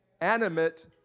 animate